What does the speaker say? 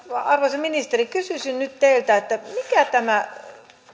arvoisa ministeri kysyisin nyt teiltä mikä tämä